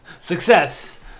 Success